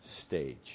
stage